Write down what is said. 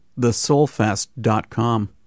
thesoulfest.com